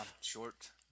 Short